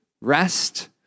rest